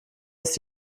ist